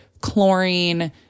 chlorine